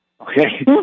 Okay